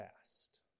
fast